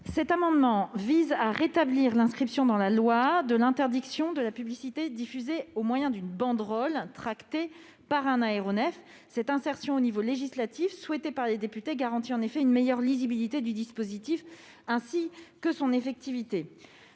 Cet amendement vise à rétablir l'inscription dans la loi de l'interdiction de la publicité diffusée au moyen d'une banderole tractée par un aéronef. Cette insertion au niveau législatif, souhaitée par les députés, garantit une meilleure lisibilité du dispositif, ainsi que son effectivité.